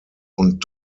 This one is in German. und